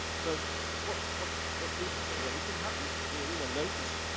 so what what but did happen? did anything happen? did anyone notice?